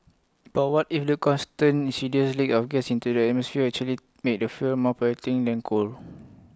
but what if the constant insidious leaks of gas into the atmosphere actually make the fuel more polluting than coal